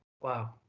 Wow